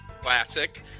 Classic